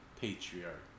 patriarch